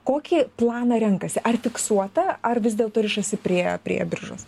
kokį planą renkasi ar fiksuotą ar vis dėlto rišasi prie prie biržos